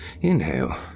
Inhale